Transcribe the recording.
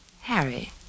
Harry